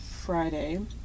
friday